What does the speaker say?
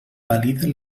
valida